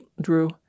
Drew